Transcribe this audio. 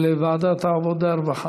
לוועדת העבודה, הרווחה